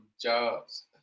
Jobs